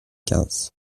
quinze